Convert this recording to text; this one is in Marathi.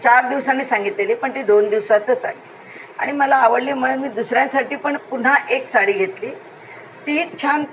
चार दिवसांनी सांगितलेली पण ती दोन दिवसातच आली आणि मला आवडली म्हणून मी दुसऱ्यांसाठी पण पुन्हा एक साडी घेतली तीही छान